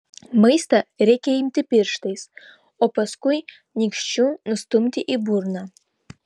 maistą reikia imti pirštais o paskui nykščiu nustumti į burną